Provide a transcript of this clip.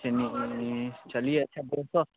चन चलिए अच्छा दो सौ